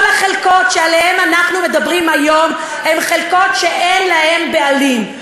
כל החלקות שעליהן אנחנו מדברים היום הן חלקות שאין להן בעלים,